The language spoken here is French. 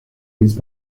prises